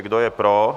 Kdo je pro?